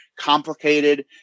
complicated